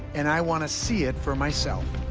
and i wanna see it for myself.